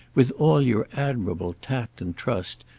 with all your admirable tact and trust,